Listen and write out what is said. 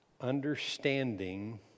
Understanding